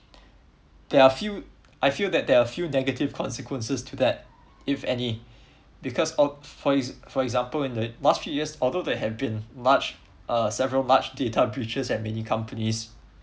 there are few I feel that there are a few negative consequences to that if any because for for for example last few years although they have been large uh several large data breaches in many companies